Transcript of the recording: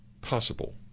possible